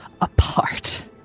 apart